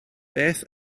beth